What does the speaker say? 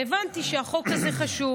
והבנתי שהחוק הזה חשוב.